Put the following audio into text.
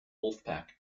wolfpack